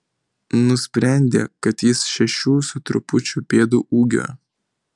nusprendė kad jis šešių su trupučiu pėdų ūgio